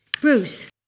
Bruce